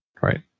Right